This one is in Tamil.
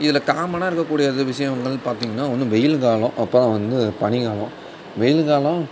இதில் காமனாக இருக்கக்கூடிய இது விஷயங்கள் பார்த்திங்கன்னா ஒன்று வெயில் காலம் அப்புறம் வந்து பனி காலம் வெயில் காலம்